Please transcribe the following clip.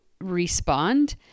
respond